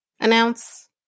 announce